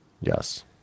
Yes